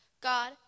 God